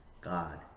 God